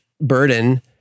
burden